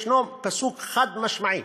יש פסוק חד-משמעי